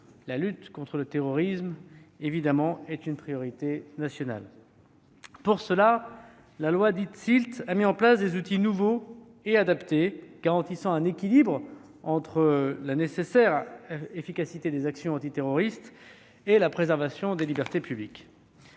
la lutte contre le terrorisme demeure bien évidemment une priorité nationale. Pour cela, la loi SILT a mis en place des outils nouveaux et adaptés, garantissant un équilibre entre la nécessaire efficacité des actions antiterroristes et la préservation des libertés publiques.